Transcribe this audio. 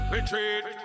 Retreat